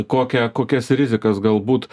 kokią kokias rizikas galbūt